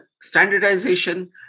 standardization